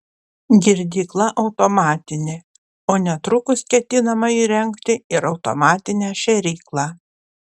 girdykla automatinė o netrukus ketinama įrengti ir automatinę šėryklą